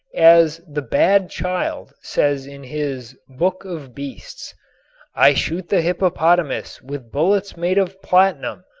as the bad child says in his book of beasts i shoot the hippopotamus with bullets made of platinum,